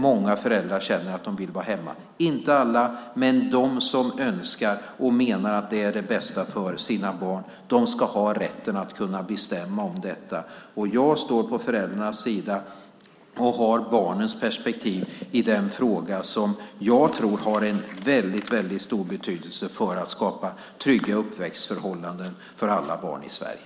Många föräldrar känner att de vill vara hemma, inte alla, men de som önskar det och menar att det är det bästa för deras barn ska ha rätten att bestämma detta. Jag står på föräldrarnas sida och har barnens perspektiv i den fråga som jag tror har en väldigt stor betydelse för att skapa trygga uppväxtförhållanden för alla barn i Sverige.